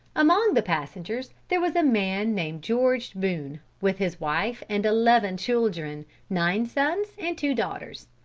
among the passengers there was a man named george boone, with his wife and eleven children, nine sons and two daughters.